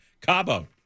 Cabo